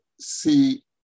see